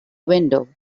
window